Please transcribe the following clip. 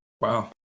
Wow